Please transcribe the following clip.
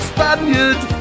Spaniard